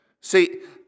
See